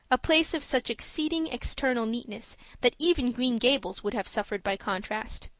a place of such exceeding external neatness that even green gables would have suffered by contrast.